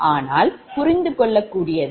ஆனால் புரிந்துகொள்ளக்கூடியது